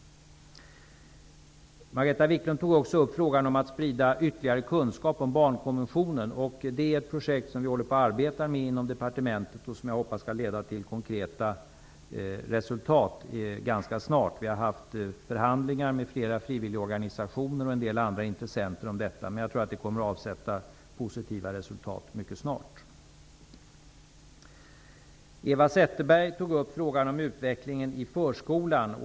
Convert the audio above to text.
Margareta Viklund tog också upp frågan om att sprida ytterligare kunskap om barnkonventionen. Det är ett projekt som vi inom departementet arbetar med och som jag hoppas skall få konkreta resultat ganska snart. Vi har haft förhandlingar med flera frivilligorganisationer och en del andra intressenter om detta. Jag tror att det här kommer att ge positiva resultat mycket snart. Eva Zetterberg tog upp frågan om utvecklingen i förskolan.